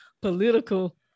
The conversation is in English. political